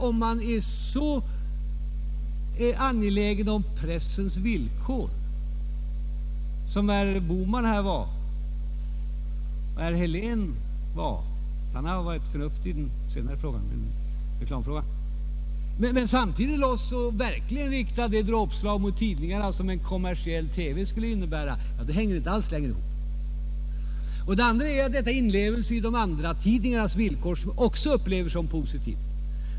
Är man så angelägen om pressens villkor som herrar Bohman och Helén här varit — herr Helén har ju visat sig förnuftig när det gällt reklamfrågan — men samtidigt riktar det dråpslag mot tidningarna som kommersiell television skulle innebära, så hänger det hela inte alls ihop. Inlevelsen i andratidningarnas villkor betraktar jag också som positiv.